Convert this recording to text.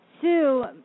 Sue